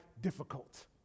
difficult